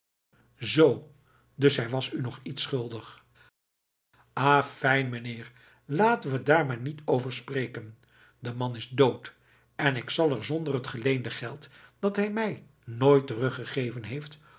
zoo dus hij was u nog iets schuldig afijn meneer laten we daar maar niet over spreken de man is dood en ik zal er zonder het geleende geld dat hij mij nooit teruggegeven heeft